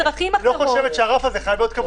היא לא חושבת שהרף הזה חייב להיות קבוע בחוק.